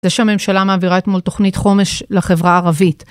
זה שהממשלה מעבירה אתמול תוכנית חומש לחברה הערבית.